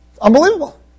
Unbelievable